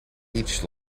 each